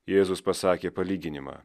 jėzus pasakė palyginimą